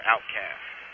Outcast